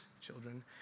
children